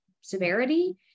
severity